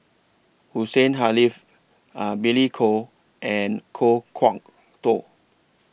Hussein Haniff Billy Koh and Kan Kwok Toh